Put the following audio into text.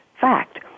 fact